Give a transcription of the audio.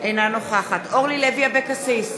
אינה נוכחת אורלי לוי אבקסיס,